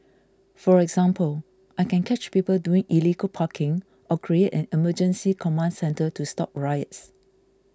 for example I can catch people doing illegal parking or create an emergency command centre to stop riots